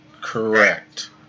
Correct